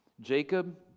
Jacob